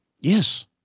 Yes